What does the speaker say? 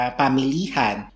pamilihan